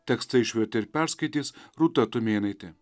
tekstą išvertė ir perskaitys rūta tumėnaitė